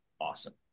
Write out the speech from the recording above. awesome